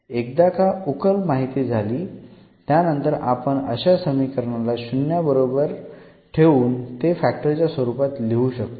एकदा का उकल माहिती झाली त्यानंतर आपण अशा समीकरणाला शून्न्या बरोबर ठेऊन ते फॅक्टर्सच्या स्वरूपात लिहू शकतो